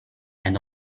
and